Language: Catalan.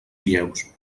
lleus